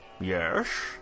Yes